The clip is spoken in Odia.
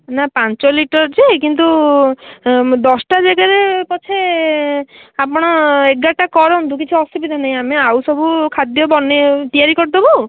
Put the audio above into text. ନା ପାଞ୍ଚ ଲିଟର୍ ଯେ କିନ୍ତୁ ଦଶଟା ଜାଗାରେ ପଛେ ଆପଣ ଏଗାରଟା କରନ୍ତୁ କିଛି ଅସୁବିଧା ନାହିଁ ଆମେ ଆଉ ସବୁ ଖାଦ୍ୟ ବନେଇ ତିଆରି କରିଦେବୁ ଆଉ